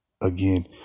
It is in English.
again